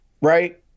right